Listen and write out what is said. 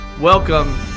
welcome